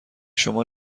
شما